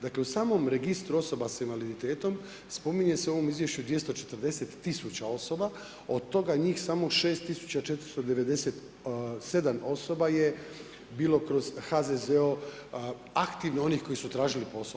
Dakle, u samom registru osoba s invaliditetom spominje se u ovom Izvješću 240 tisuća osoba, od toga njih samo 6497 osoba je bilo kroz HZZO aktivno onih koji su tražili posao.